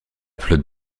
flotte